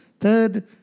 Third